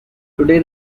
today